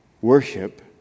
worship